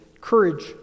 courage